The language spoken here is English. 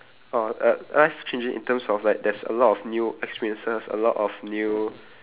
oh uh life changing in terms of like there's a lot of new experiences a lot of new